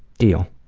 deal.